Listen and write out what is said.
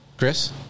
Chris